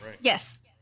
Yes